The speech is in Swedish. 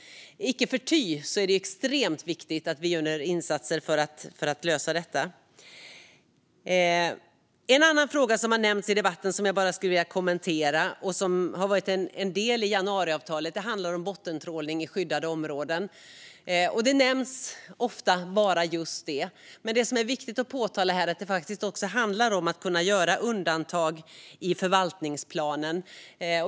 Icke förty är det extremt viktigt att vi gör insatser för att lösa detta. Jag skulle vilja kommentera en annan fråga som har nämnts i debatten och som har varit en del i januariavtalet. Den handlar om bottentrålning i skyddade områden, och ofta nämns bara just detta. Men det som är viktigt att påpeka här är att det också handlar om att kunna göra undantag i förvaltningsplanen.